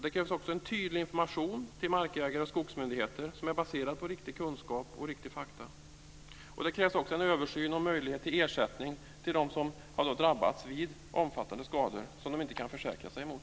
Det krävs också en tydlig information till markägare och skogsmyndigheter som är baserad på kunskap och fakta. Och det krävs en översyn om möjligheter till ersättning för dem som har drabbats av omfattande skador som de inte kan försäkra sig mot.